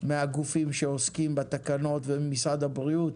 מהגופים שעוסקים בתקנות וממשרד הבריאות,